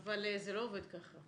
אבל זה לא עובד ככה.